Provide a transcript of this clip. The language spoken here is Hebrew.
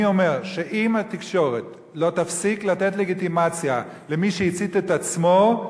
אני אומר שאם התקשורת לא תפסיק לתת לגיטימציה למי שהצית את עצמו,